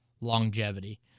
longevity